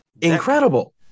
incredible